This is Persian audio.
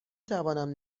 توانم